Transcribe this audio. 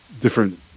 different